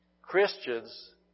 Christians